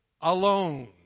alone